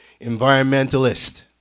environmentalist